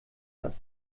hat